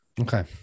Okay